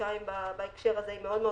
חודשיים בהקשר הזה היא חשובה מאוד.